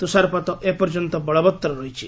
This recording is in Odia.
ତୁଷାରପାତ ଏପର୍ଯ୍ୟନ୍ତ ବଳବତ୍ତର ରହିଛି